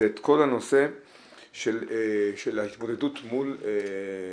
זה את כל הנושא של ההתמודדות מול